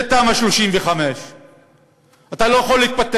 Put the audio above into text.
זה תמ"א 35. אתה לא יכול להתפתח,